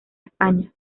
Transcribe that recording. españa